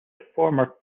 former